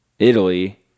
Italy